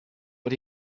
but